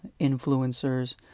influencers